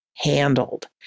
handled